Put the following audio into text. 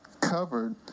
covered